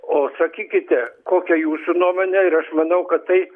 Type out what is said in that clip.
o sakykite kokia jūsų nuomonė ir aš manau kad tai